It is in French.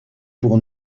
pour